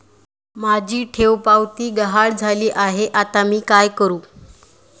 माझी ठेवपावती गहाळ झाली आहे, आता मी काय करु?